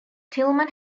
tilghman